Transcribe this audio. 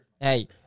Hey